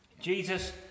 Jesus